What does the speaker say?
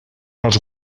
els